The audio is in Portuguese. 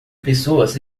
pessoas